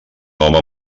home